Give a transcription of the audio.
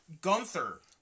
Gunther